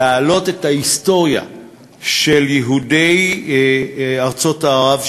להעלות את ההיסטוריה של יהודי ארצות ערב,